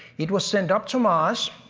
it was sent up to mars.